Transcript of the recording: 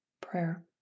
Prayer